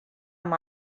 amb